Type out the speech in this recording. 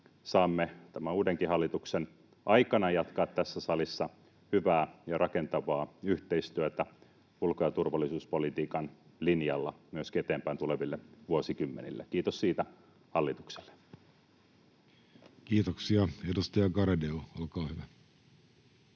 saamme tämän uudenkin hallituksen aikana jatkaa tässä salissa hyvää ja rakentavaa yhteistyötä ulko- ja turvallisuuspolitiikan linjalla myöskin eteenpäin tuleville vuosikymmenille — kiitos siitä hallitukselle. Kiitoksia. — Edustaja Garedew, olkaa hyvä.